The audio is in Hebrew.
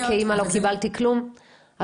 כאמא לא קיבלתי כלום -- אבל יכול להיות,